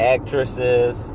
Actresses